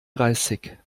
dreißig